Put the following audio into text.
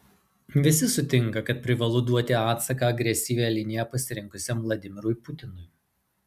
visi sutinka kad privalu duoti atsaką agresyvią liniją pasirinkusiam vladimirui putinui